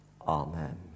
Amen